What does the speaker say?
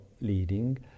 leading